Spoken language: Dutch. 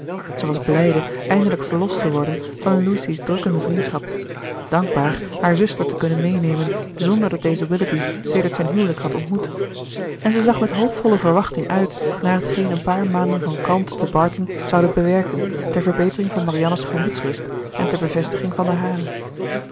was blijde eindelijk verlost te worden van lucy's drukkende vriendschap dankbaar haar zuster te kunnen meenemen zonder dat deze willoughby sedert zijn huwelijk had ontmoet en zij zag met hoopvolle verwachting uit naar t geen een paar maanden van kalmte te barton zouden bewerken ter verbetering van marianne's gemoedsrust en ter bevestiging van de hare